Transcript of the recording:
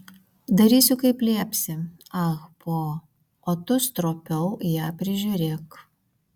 darysiu kaip liepsi ah po o tu stropiau ją prižiūrėk